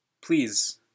Please